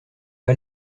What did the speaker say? pas